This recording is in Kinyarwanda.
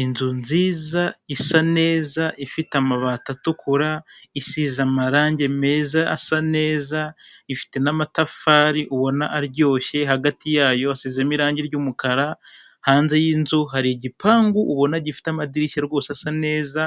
Inzu nziza isa neza ifite amabati atukura isize amarange meza asa neza ifite n'amatafari ubona aryoshye, hagati yayo hasizemo irange ry'umukara hanze y'inzu hari igipangu ubona gifite amadirishya rwose asa neza